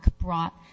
brought